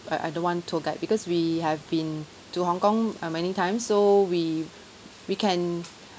I I don't want tour guide because we have been to hong kong uh many times so we we can